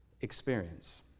experience